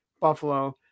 buffalo